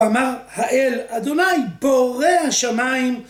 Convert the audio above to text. אמר האל, אדוני, בורא השמיים.